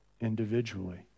individually